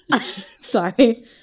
Sorry